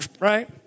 Right